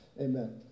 amen